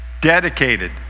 Dedicated